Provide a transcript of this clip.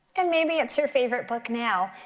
and maybe it's your favorite book now.